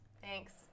thanks